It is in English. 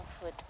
food